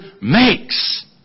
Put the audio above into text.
makes